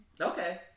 Okay